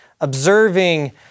observing